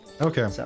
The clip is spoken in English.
Okay